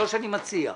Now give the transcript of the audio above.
ולא שאני מציע.